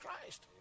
christ